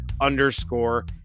underscore